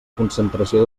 concentració